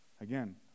Again